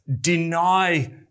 deny